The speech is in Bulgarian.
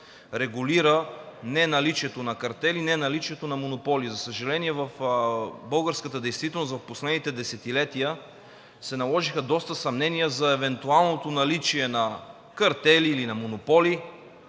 регулира неналичието на картели, неналичието на монополи. За съжаление, в последните десетилетия в българската действителност се наложиха доста съмнения за евентуалното наличие на картели или на монополи.